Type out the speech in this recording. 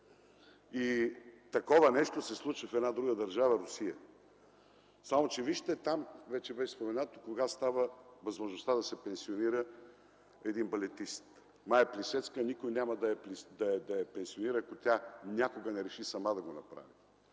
Такова нещо се случва в една друга държава – Русия, само че, вижте, вече беше споменато кога там става възможността балетист да се пенсионира. Мая Плисецкая никой няма да я пенсионира, ако тя някога не реши сама да го направи.